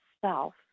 south